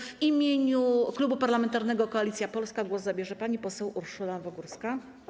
W imieniu Klubu Parlamentarnego Koalicja Polska głos zabierze pani poseł Urszula Nowogórska.